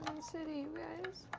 city, you guys?